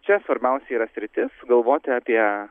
čia svarbiausia yra sritis galvoti apie